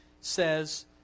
says